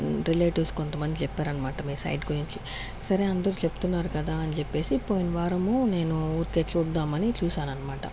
relatives కొంతమంది చెప్పారు అన్నమాట మీ సైట్ గురించి సరే అందరూ చెప్తున్నారు కదా అని చెప్పేసి పోయిన వారము నేను ఊరికే చూద్దామని చూసాను అన్నమాట